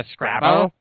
Scrabble